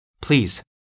Please